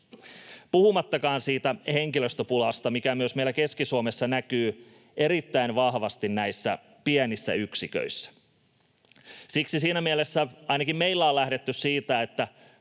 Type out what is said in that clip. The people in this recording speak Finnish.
puhumattakaan siitä henkilöstöpulasta, mikä myös meillä Keski-Suomessa näkyy erittäin vahvasti näissä pienissä yksiköissä. Siksi siinä mielessä ainakin meillä on lähdetty siitä,